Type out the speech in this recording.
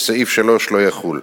וסעיף 3 לא יחול".